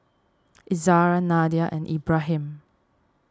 Izzara Nadia and Ibrahim